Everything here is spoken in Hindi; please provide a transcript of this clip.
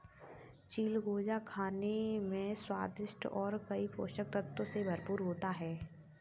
चिलगोजा खाने में स्वादिष्ट और कई पोषक तत्व से भरपूर होता है